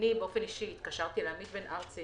אני אישית התקשרתי לעמית בן ארצי